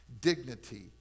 dignity